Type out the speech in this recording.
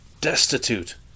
destitute